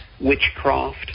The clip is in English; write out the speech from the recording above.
witchcraft